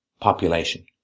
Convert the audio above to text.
population